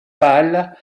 pâle